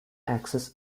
access